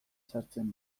sartzen